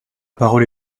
parole